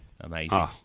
amazing